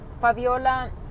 fabiola